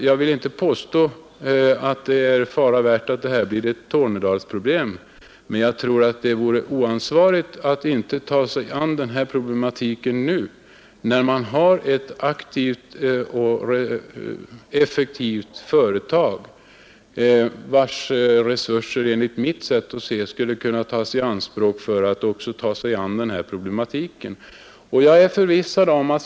Jag vill inte påstå att det är fara värt att detta blir ett Tornedalsproblem, men jag tror att det vore oansvarigt att inte gripa sig an den här problematiken nu, när man har ett aktivt och effektivt företag, vars resurser enligt mitt sätt att se skulle kunna tas i anspråk för detta ändamål.